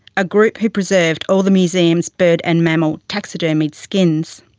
a group who preserved all the museum's bird and mammal taxidermied skins.